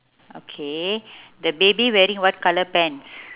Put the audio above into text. okay the baby wearing what colour pants